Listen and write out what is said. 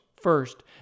First